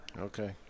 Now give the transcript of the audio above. Okay